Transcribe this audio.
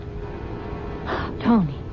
Tony